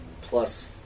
plus